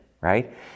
right